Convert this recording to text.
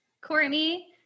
Courtney